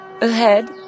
Ahead